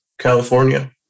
california